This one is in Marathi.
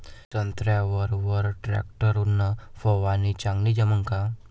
संत्र्यावर वर टॅक्टर न फवारनी चांगली जमन का?